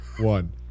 one